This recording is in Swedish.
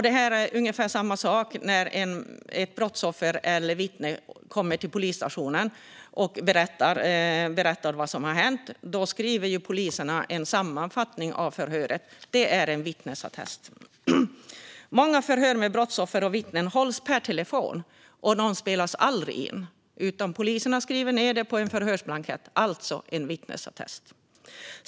Det är ungefär samma sak när ett brottsoffer eller ett vittne kommer till polisstationen och berättar vad som har hänt. Då skriver poliserna en sammanfattning av förhöret. Det är en vittnesattest. Många förhör med brottsoffer och vittnen hålls per telefon. Dessa spelas aldrig in. Poliserna skriver ned dem på en förhörsblankett - alltså en vittnesattest.